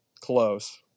close